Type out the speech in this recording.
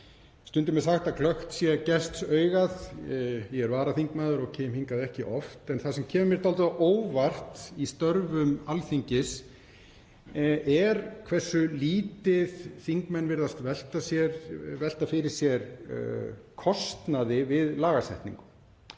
Stundum er sagt að glöggt sé gests augað. Ég er varaþingmaður og kem hingað ekki oft en það sem kemur mér dálítið á óvart í störfum Alþingis er hversu lítið þingmenn virðast velta fyrir sér kostnaði við lagasetningu.